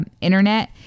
internet